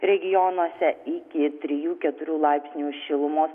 regionuose iki trijų keturių laipsnių šilumos